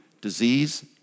disease